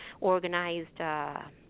organized